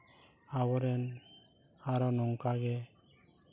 ᱟᱵᱚᱨᱮᱱ ᱟᱨᱚ ᱱᱚᱝᱠᱟᱜᱮ